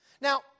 Now